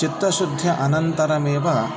चित्तशुद्ध्यनन्तरमेव